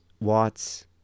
Watts